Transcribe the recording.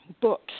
books